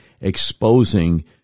exposing